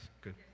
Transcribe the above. Good